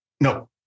No